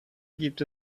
gibt